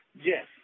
Yes